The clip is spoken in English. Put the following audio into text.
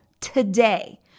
today